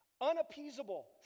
unappeasable